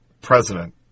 president